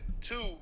two